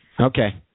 Okay